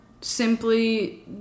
simply